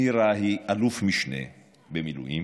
נירה היא אלוף משנה במילואים,